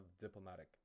diplomatic